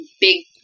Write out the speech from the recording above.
big